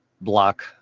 block